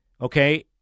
okay